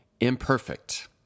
imperfect